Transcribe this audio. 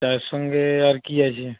চায়ের সঙ্গে আর কি আছে